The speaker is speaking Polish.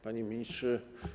Panie Ministrze!